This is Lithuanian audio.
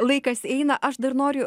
laikas eina aš dar noriu